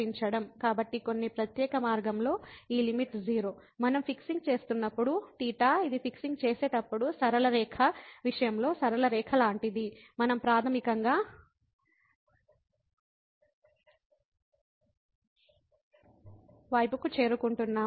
కాబట్టి కొన్ని ప్రత్యేక మార్గంలో ఈ లిమిట్ 0 మనం θ ఫిక్సింగ్ చేస్తున్నప్పుడు ఇది సరళ రేఖ లాంటిది మనం ప్రాథమికంగా θ వైపుకు చేరుకుంటున్నాము